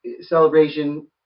celebration